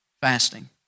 Fasting